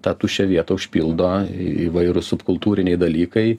tą tuščią vietą užpildo įvairūs subkultūriniai dalykai